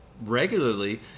regularly